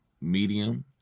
medium